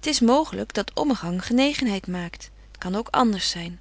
t is mooglyk dat ommegang genegenheid maakt t kan ook anders zyn